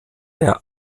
der